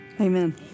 Amen